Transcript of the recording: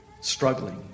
struggling